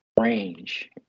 range